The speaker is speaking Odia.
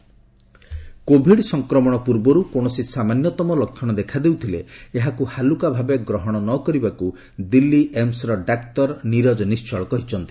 କୋଭିଡ୍ ଆଲଟ୍ କୋଭିଡ୍ ସଂକ୍ରମଣ ପୂର୍ବରୁ କୌଣସି ସାମାନ୍ୟତମ ଲକ୍ଷଣ ଦେଖାଦେଉଥିଲେ ଏହାକୁ ହାଲୁକା ଭାବେ ଗ୍ରହଣ ନ କରିବାକୁ ଦିଲ୍ଲୀ ଏମସ୍ର ଡାକ୍ତର ନିରଜ ନିଶ୍ଚଳ କହିଛନ୍ତି